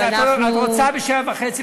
אז את רוצה ב-19:30?